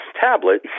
tablet